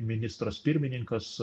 ministras pirmininkas